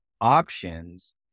options